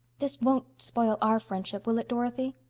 this won't spoil our friendship, will it, dorothy?